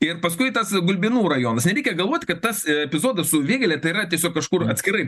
ir paskui tas gulbinų rajonas reikia galvot kad tas epizodas su vėgėle tai yra tiesiog kažkur atskirai